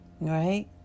Right